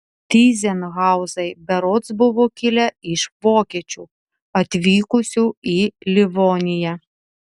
tyzenhauzai berods buvo kilę iš vokiečių atvykusių į livoniją